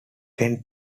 tends